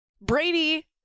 Brady